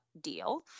deal